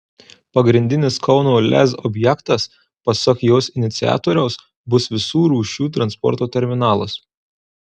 pagrindinis kauno lez objektas pasak jos iniciatoriaus bus visų rūšių transporto terminalas